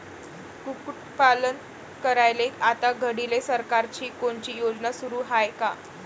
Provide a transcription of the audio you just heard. कुक्कुटपालन करायले आता घडीले सरकारची कोनची योजना सुरू हाये का?